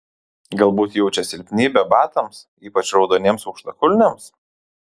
galbūt jaučia silpnybę batams ypač raudoniems aukštakulniams